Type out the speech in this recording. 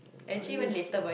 I used to